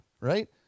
right